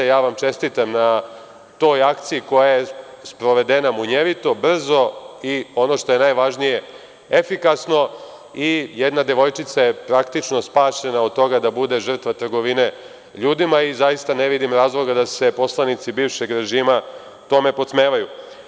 Ja vam čestitam na toj akciji koja je sprovedena munjevito, brzo i ono što je najvažnije, efikasno, i jedna devojčica je praktično spašena od toga da bude žrtva trgovine ljudima i zaista ne vidim razloga da se poslanici bivšeg režima tome podsmevaju.